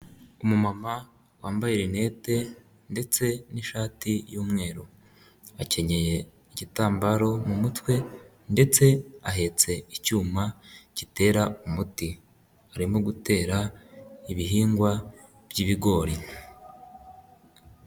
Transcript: Umumama wambaye linete ndetse n'ishati yumweru. Akenyeye igitambaro mu mutwe ndetse ahetse icyuma gitera umuti arimo gutera ibihingwa by'ibigori.